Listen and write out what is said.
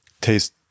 taste